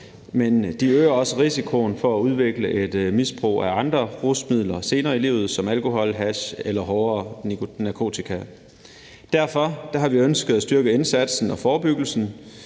men de øger også risikoen for senere i livet at udvikle et misbrug af andre rusmidler som alkohol, hash eller hårdere narkotika. Derfor har vi ønsket at styrke indsatsen og forebyggelsen